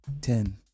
Ten